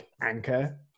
anchor